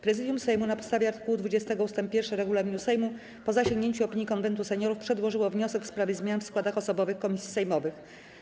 Prezydium Sejmu na podstawie art. 20 ust. 1 regulaminu Sejmu, po zasięgnięciu opinii Konwentu Seniorów, przedłożyło wniosek w sprawie zmian w składach osobowych komisji sejmowych.